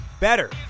better